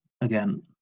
again